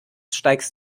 steigst